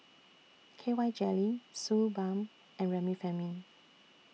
K Y Jelly Suu Balm and Remifemin